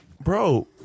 bro